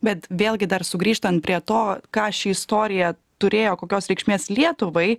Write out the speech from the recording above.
bet vėlgi dar sugrįžtant prie to ką ši istorija turėjo kokios reikšmės lietuvai